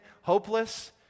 hopeless